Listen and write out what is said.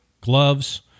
gloves